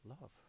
Love